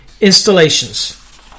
installations